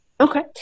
Okay